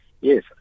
Yes